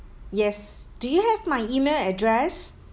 yes do you have my email address